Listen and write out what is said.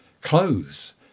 Clothes